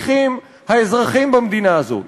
צריכים האזרחים במדינה הזו,